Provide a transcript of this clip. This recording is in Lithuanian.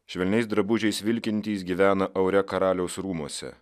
švelniais drabužiais vilkintys gyvena aure karaliaus rūmuose